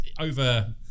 over